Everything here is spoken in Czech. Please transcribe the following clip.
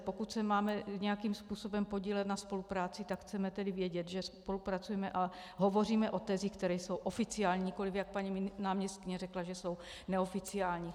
Pokud se máme nějakým způsobem podílet na spolupráci, tak chceme tedy vědět, že spolupracujeme a hovoříme o tezích, které jsou oficiální, nikoli jak paní náměstkyně řekla, že jsou neoficiální.